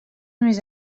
més